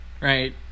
right